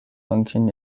function